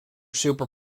super